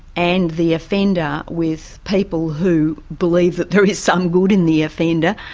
and the offender with people who believe that there is some good in the offender,